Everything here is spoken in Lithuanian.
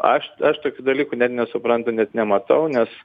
aš aš tokių dalykų net nesuprantu net nematau nes